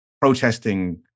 protesting